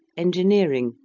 engineering,